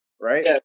Right